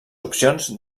opcions